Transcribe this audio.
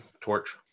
Torch